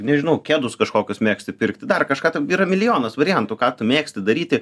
nežinau kedus kažkokius mėgsti pirkti dar kažką tam yra milijonas variantų ką tu mėgsti daryti